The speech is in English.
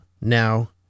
now